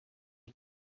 the